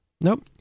Nope